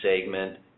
segment